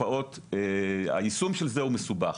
היישום של זה מסובך.